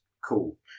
Cool